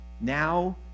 Now